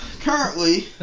currently